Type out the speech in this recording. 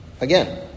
Again